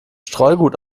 streugut